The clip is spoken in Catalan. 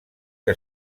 que